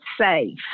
safe